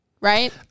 right